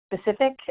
specific